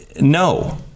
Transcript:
No